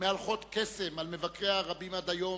מהלכות קסם על מבקריה הרבים עד היום,